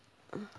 ah